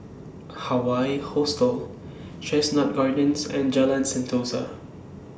Hawaii Hostel Chestnut Gardens and Jalan Sentosa